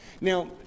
Now